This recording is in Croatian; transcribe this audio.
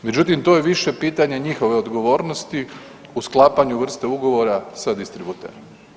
Međutim to je više pitanje njihove odgovornosti u sklapanju vrste ugovora sa distributerom.